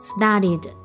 Studied